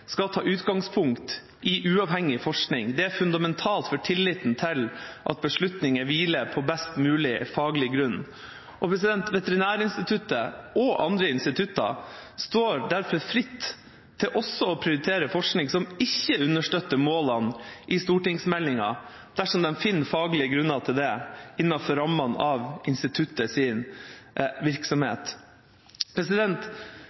skal ta utgangspunkt i uavhengig forskning. Det er fundamentalt for tilliten til at beslutninger hviler på best mulig faglig grunn. Veterinærinstituttet og andre institutter står derfor fritt til også å prioritere forskning som ikke understøtter målene i stortingsmeldinga dersom de finner faglige grunner til det innenfor rammene av